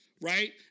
Right